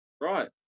Right